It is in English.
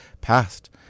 passed